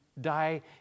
die